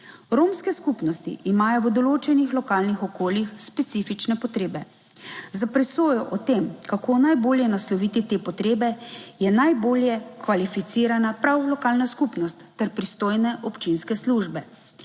Romske skupnosti imajo v določenih lokalnih okoljih specifične potrebe. Za presojo o tem, kako najbolje nasloviti te potrebe, je najbolje kvalificirana prav lokalna skupnost ter pristojne občinske službe.